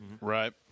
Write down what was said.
Right